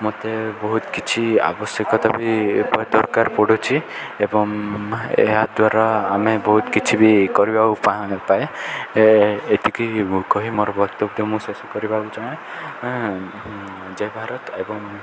ମୋତେ ବହୁତ କିଛି ଆବଶ୍ୟକତା ବି ଦରକାର ପଡ଼ୁଛି ଏବଂ ଏହାଦ୍ୱାରା ଆମେ ବହୁତ କିଛି ବି କରିବାକୁ ପାଏ ଏତିକି କହି ମୋର ବକ୍ତବ୍ୟ ମୁଁ ଶେଷ କରିବାକୁ ଚାହେଁ ଜୟ ଭାରତ ଏବଂ